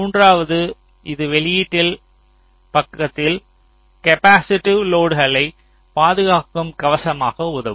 மூன்றாவதாக இது வெளியீட்டு பக்கத்தில் கேப்பாசிட்டிவ் லோடுகளை பாதுகாக்கும் கவசமாக உதவும்